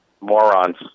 Morons